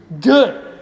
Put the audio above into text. Good